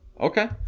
Okay